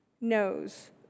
knows